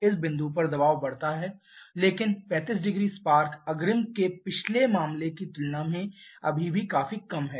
इस बिंदु पर दबाव बढ़ रहा है लेकिन 350 स्पार्क अग्रिम के पिछले मामले की तुलना में अभी भी काफी कम है